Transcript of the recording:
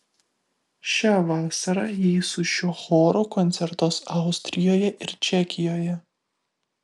šią vasarą ji su šiuo choru koncertuos austrijoje ir čekijoje